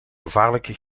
gevaarlijke